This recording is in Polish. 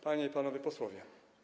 Panie i Panowie Posłowie!